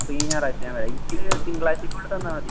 അപ്പോൾ ഈ ഞായറാഴ്ച ഞാൻ വരാം എനിക്ക് തിങ്കളാഴ്ചക്കുള്ള തന്നാൽ മതി